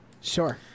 Sure